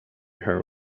her